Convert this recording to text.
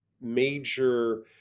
major